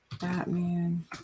Batman